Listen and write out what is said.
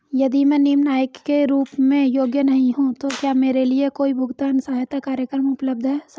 यदि मैं निम्न आय के रूप में योग्य नहीं हूँ तो क्या मेरे लिए कोई भुगतान सहायता कार्यक्रम उपलब्ध है?